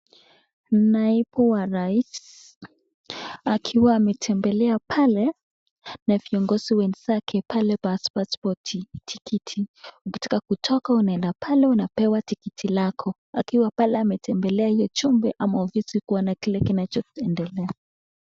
Naibu wa rais akiwa ametembelea pale na viongozi wenzake pale kwa paspoti tikiti. Ukitaka kutoka unaenda pale unapewa tikiti lako. Akiwa pale ametembelea hiyo chombo ama ofisi kuona kile kinachoendelea.